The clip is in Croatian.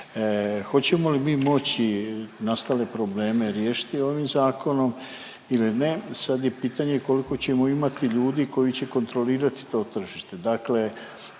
hoćemo li mi moći nastale probleme riješiti ovim zakonom ili ne sad je pitanje kolko ćemo imati ljudi koji će kontrolirati to tržište,